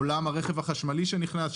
עולם הרכב החשמלי שנכנס,